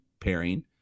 pairing